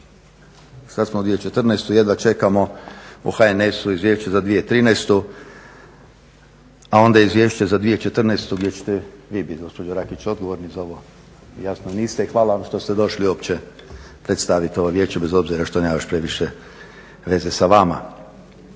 sad smo u 2014.jedva čekamo o HNS-u izvješće za 2013.a onda izvješće za 2014.gdje ćete vi biti gospođo Rakić odgovorni za ovo jasno niste i hvala vam što ste došli uopće predstaviti ovo vijeće bez obzira što nema baš previše veze sa vama.